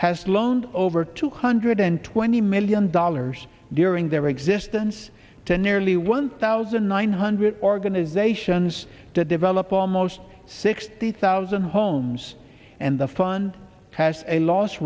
has loaned over two hundred and twenty million dollars during their existence to nearly one thousand nine hundred organizations to develop almost sixty thousand homes and the fund passed a loss